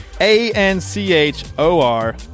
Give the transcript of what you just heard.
A-N-C-H-O-R